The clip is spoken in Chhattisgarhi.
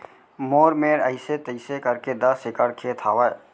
मोर मेर अइसे तइसे करके दस एकड़ खेत हवय